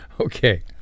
Okay